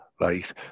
right